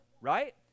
right